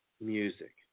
music